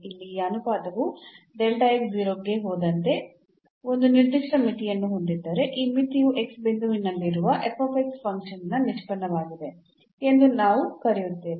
ಇಲ್ಲಿ ಈ ಅನುಪಾತವು ನಂತೆ ಒಂದು ನಿರ್ದಿಷ್ಟ ಮಿತಿಯನ್ನು ಹೊಂದಿದ್ದರೆ ಈ ಮಿತಿಯು ಬಿಂದುವಿನಲ್ಲಿರುವ ಫಂಕ್ಷನ್ನ ನಿಷ್ಪನ್ನವಾಗಿದೆ ಎಂದು ನಾವು ಕರೆಯುತ್ತೇವೆ